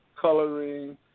coloring